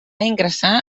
ingressar